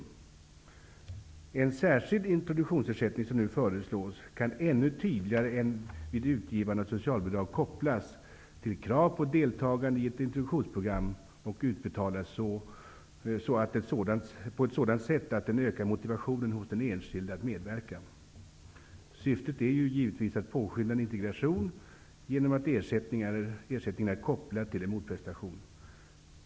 Den särskilda introduktionsersättning som nu föreslås kan ännu tydligare än vid utgivande av socialbidrag kopplas till krav på ett deltagande i ett introduktionsprogram och utbetalas på ett sådant sätt att den ökar motivationen hos den enskilde att medverka. Syftet är givetvis att påskynda en integration genom att ersättning är kopplad till motprestation.